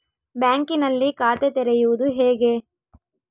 ಬ್ಯಾಂಕಿನಲ್ಲಿ ಖಾತೆ ತೆರೆಯುವುದು ಹೇಗೆ?